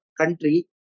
country